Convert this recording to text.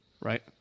Right